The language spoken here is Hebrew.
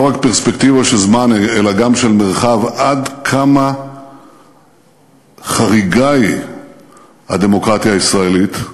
בפרספקטיבה של זמן אלא גם של מרחב עד כמה חריגה היא הדמוקרטיה הישראלית,